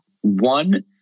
One